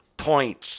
Points